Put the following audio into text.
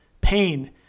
pain